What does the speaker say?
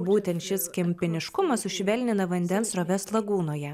būtent šis kempiniškumas sušvelnina vandens sroves lagūnoje